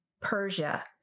Persia